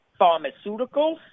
Pharmaceuticals